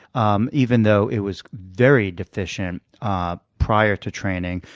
um even though it was very deficient ah prior to training,